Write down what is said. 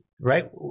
Right